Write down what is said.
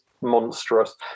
monstrous